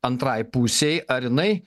antrai pusei ar jinai